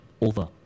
over